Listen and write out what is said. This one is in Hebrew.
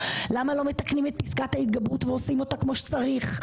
למה לא מתקנים את פסקת ההתגברות ועושים אותה כמו שצריך?